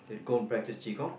they'll go and practise Qi Gong